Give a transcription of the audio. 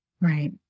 Right